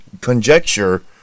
conjecture